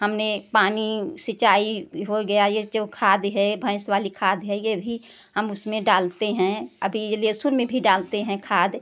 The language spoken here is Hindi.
हमने पानी सिंचाई हो गया ये जो खाद है भैंस वाली खाद है ये भी हम उसमें डालते हैं अभी लहसुन में भी डालते हैं खाद